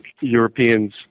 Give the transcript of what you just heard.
Europeans